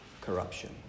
corruption